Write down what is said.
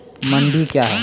मंडी क्या हैं?